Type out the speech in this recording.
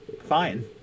Fine